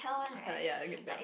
okay lah ya I can tell